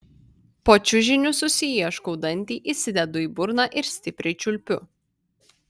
po čiužiniu susiieškau dantį įsidedu į burną ir stipriai čiulpiu